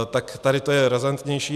Tak tady to je razantnější.